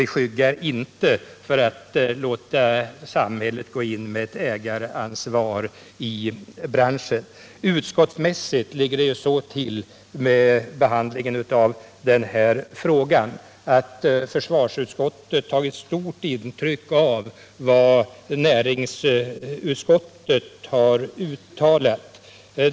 Vi skyggar inte för att låta samhället gå in med ägaransvar i branschen. Försvarsutskottet har tagit stort intryck av vad näringsutskottet har uttalat.